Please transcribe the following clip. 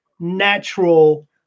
natural